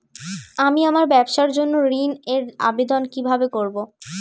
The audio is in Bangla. আমি আমার ব্যবসার জন্য ঋণ এর আবেদন কিভাবে করব?